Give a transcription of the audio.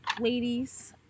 ladies